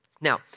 Now